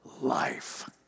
life